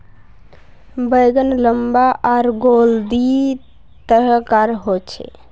बैंगन लम्बा आर गोल दी तरह कार होचे